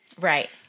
right